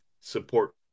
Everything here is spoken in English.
support